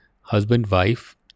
husband-wife